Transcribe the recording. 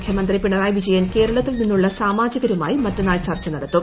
മുഖ്യമന്ത്രി പിണറായി വിജയൻ കേരളത്തിൽ നിന്നുള്ള സാമാജികരുമായി മറ്റന്നാൾ ചർച്ച നടത്തും